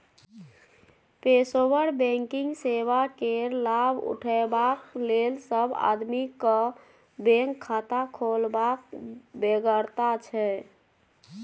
पेशेवर बैंकिंग सेवा केर लाभ उठेबाक लेल सब आदमी केँ बैंक खाता खोलबाक बेगरता छै